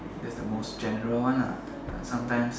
that's the most general one ah but sometimes